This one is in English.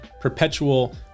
perpetual